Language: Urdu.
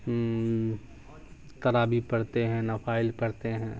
تراویح پڑھتے ہیں نوافل پڑھتے ہیں